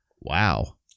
Wow